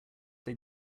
they